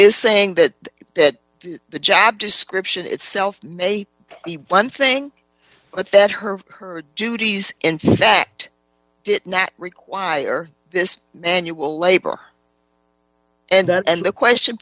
is saying that that the job description itself may be one thing but that her her duties in fact did not require this manual labor and that and the question